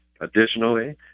additionally